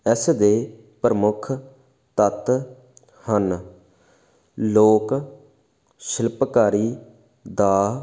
ਇਸ ਦੇ ਪ੍ਰਮੁੱਖ ਤੱਤ ਹਨ ਲੋਕ ਸ਼ਿਲਪਕਾਰੀ ਦਾ